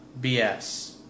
BS